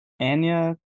anya